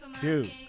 Dude